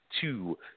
Two